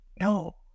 No